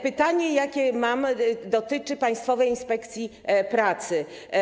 Pytanie, jakie mam, dotyczy Państwowej Inspekcji Pracy.